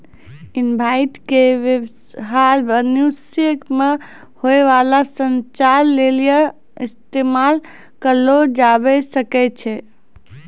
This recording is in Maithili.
इनवॉइस के व्य्वहार भविष्य मे होय बाला संचार लेली इस्तेमाल करलो जाबै सकै छै